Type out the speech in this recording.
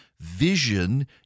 Vision